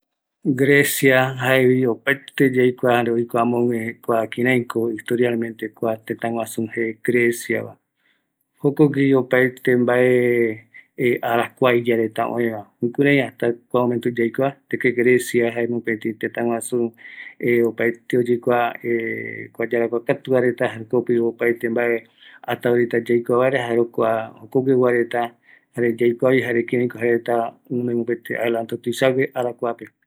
Grecia jaevi opaete yaikua, roikua amogue kua kireiko historialmente kua tetaguasu je Grecia va, jokogui opaete vae arakua iyareta ueva jukurei hasta kua moemnto yaikua, Grecia ko jae mopeti tetaguasu opaete oyekua kua yarakuakua katu va reta jare jokope mbaejate mbae hasta ahurita yaiko vaera jae jokua jokogui ouvartea, eri yaikuavi kireiko jae reta ome mopeti adelanto tuisague arkuape.